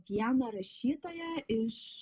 vieną rašytoją iš